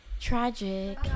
Tragic